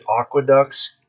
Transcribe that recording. aqueducts